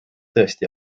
tõesti